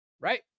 Right